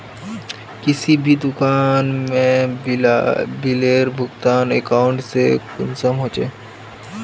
किसी भी दुकान में बिलेर भुगतान अकाउंट से कुंसम होचे?